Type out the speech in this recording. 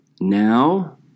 now